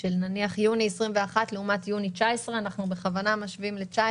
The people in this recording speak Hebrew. של יוני 21 לעומת יוני 19 אנחנו בכוונה משווים ל-19